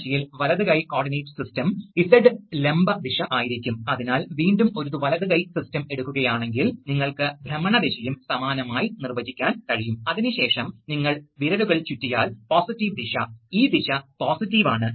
കാരണം വൈദ്യുതധാര മാഗ്നെറ്റോമോട്ടീവ് ഫോഴ്സിനെ തീരുമാനിക്കുകയും അത് ചലനസമയത്ത് മാറിക്കൊണ്ടിരിക്കുന്ന വിടവിനെ ആശ്രയിച്ചിരിക്കുന്ന